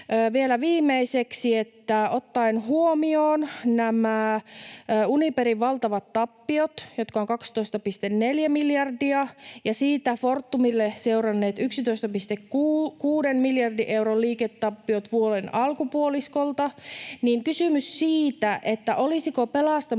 Vielä viimeiseksi: Ottaen huomioon nämä Uniperin valtavat tappiot, jotka ovat 12,4 miljardia, ja siitä Fortumille seuranneet 11,6 miljardin euron liiketappiot vuoden alkupuoliskolta, on kysymys siitä, olisiko pelastamisyritysten